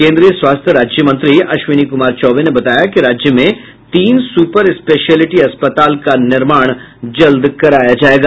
केंद्रीय स्वास्थ्य राज्य मंत्री अश्विनी कुमार चौबे ने बताया कि राज्य में तीन सुपर स्पेशेयलिटी अस्पताल का निर्माण जल्द कराया जायेगा